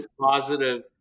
positive